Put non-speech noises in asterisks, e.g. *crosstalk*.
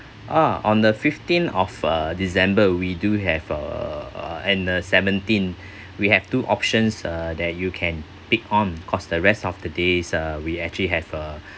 ah on the fifteenth of uh december we do have a uh and uh seventeen *breath* we have two options uh that you can pick on cause the rest of the days uh we actually have a *breath*